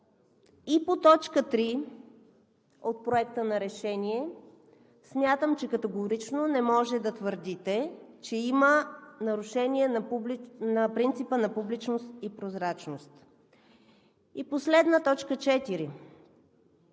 и по точка три от Проекта на решение смятам, че категорично не може да твърдите, че има нарушение на принципа на публичност и прозрачност. И последна точка